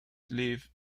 lives